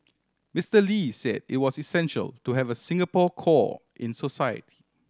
Mister Lee say it was essential to have a Singapore core in society